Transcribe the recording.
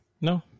No